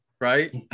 right